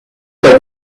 like